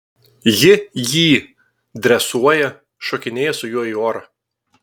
ji jį dresuoja šokinėja su juo į orą